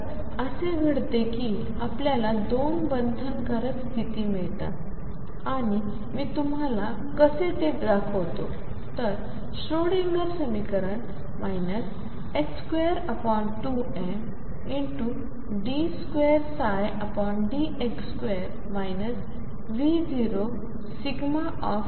तर असे घडते की आपल्याला दोन बंधनकारक स्तिथी मिळतात आणि मी तुम्हाला कसे ते दाखवतो तर श्रोडिंगर समीकरण 22md2dx2 V0xa V0x aEψ